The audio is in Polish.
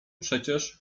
przecież